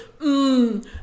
mmm